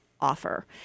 offer